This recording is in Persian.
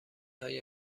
های